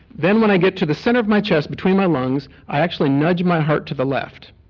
then when i get to the centre of my chest between my lungs, i actually nudge my heart to the left.